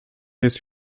jest